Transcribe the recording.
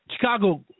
Chicago